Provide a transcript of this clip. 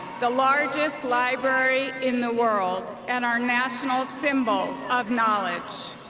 the largest library in the world, and our national symbol of knowledge.